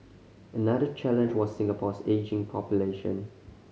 another challenge was Singapore's ageing population